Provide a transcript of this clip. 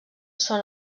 són